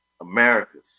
America's